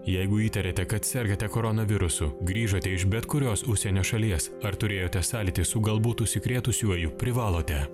jeigu įtariate kad sergate koronavirusu grįžote iš bet kurios užsienio šalies ar turėjote sąlytį su galbūt užsikrėtusiuoju privalote